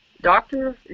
doctor